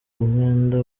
umwenda